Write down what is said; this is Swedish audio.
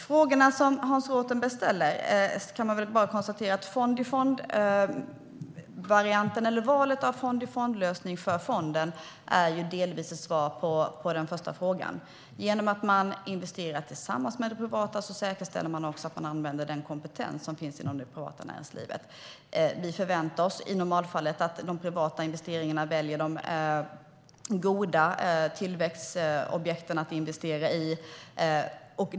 Fond-i-fond-varianten, eller valet av fond-i-fond-lösning för fonden, är delvis ett svar på den första frågan. Genom att man investerar tillsammans med det privata säkerställer man att man använder den kompetens som finns inom det privata näringslivet. Vi förväntar oss i normalfallet att de privata investerarna väljer de goda tillväxtobjekten att investera i.